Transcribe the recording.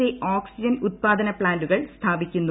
A oxygen ഉത്പാദന പ്താന്റുകൾ സ്ഥാപിക്കുന്നു